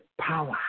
power